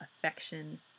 affection